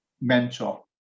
mentor